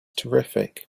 terrific